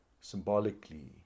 symbolically